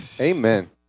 Amen